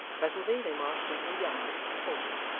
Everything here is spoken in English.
presently, they marched into the yard, and halted.